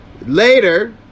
later